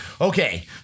Okay